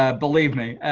ah believe me.